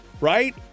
right